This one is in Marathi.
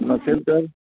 नसेल तर